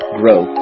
grow